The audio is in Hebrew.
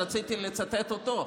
רציתי לצטט אותו,